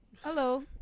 Hello